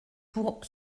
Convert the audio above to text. pour